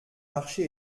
marché